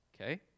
Okay